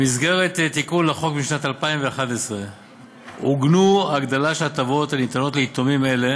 במסגרת תיקון לחוק משנת 2011 עוגנו הגדלה של ההטבות הניתנות ליתומים אלה